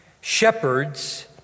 shepherds